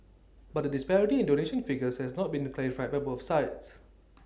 but the disparity in donation figures has not been clarified by both sides